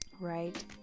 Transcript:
Right